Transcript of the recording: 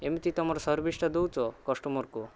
ଏମିତି ତୁମର ସର୍ଭିସ୍ଟା ଦେଉଛ କଷ୍ଟମର୍କୁ